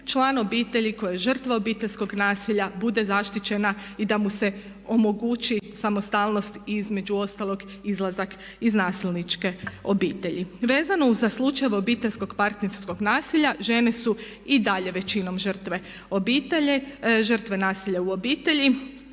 član obitelji koji je žrtva obiteljskog nasilja bude zaštićena i da mu se omogući samostalnost i između ostalog izlazak iz nasilničke obitelji. Vezano za slučajeve obiteljskog partnerskog nasilja žene su i dalje većinom žrtve nasilja u obitelji